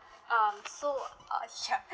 um so uh sure